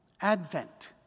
Advent